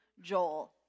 Joel